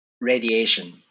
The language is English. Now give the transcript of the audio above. radiation